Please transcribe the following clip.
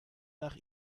nach